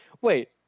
wait